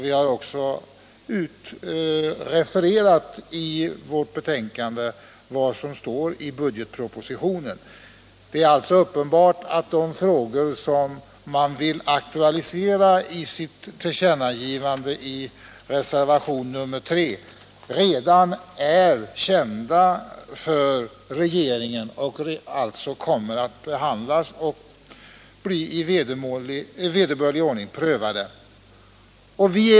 Vi har också i vårt betänkande refererat vad som står i budgetpropositionen. Det är alltså uppenbart att de frågor som man nu vill aktualisera i sitt tillkännagivande i reservationen 3 redan är kända av regeringen och följaktligen kommer att behandlas och bli i vederbörlig ordning prövade.